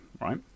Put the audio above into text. right